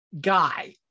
guy